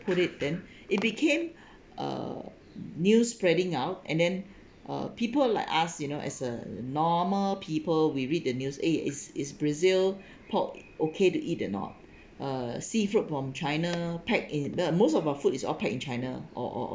put it then it became uh news spreading out and then uh people like us you know as a normal people we read the news eh is is brazil pork okay to eat or not uh seafood from china packed in the most of our food is all pack in china or or